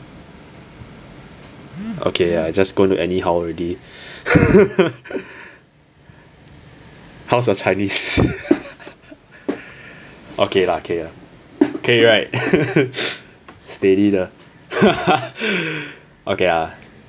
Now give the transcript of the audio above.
okay ya just going to anyhow already how's your chinese okay lah K lah K right steady 的 okay lah